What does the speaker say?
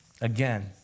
Again